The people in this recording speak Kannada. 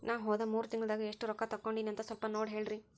ನಾ ಹೋದ ಮೂರು ತಿಂಗಳದಾಗ ಎಷ್ಟು ರೊಕ್ಕಾ ತಕ್ಕೊಂಡೇನಿ ಅಂತ ಸಲ್ಪ ನೋಡ ಹೇಳ್ರಿ